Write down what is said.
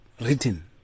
written